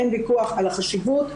אין ויכוח על החשיבות,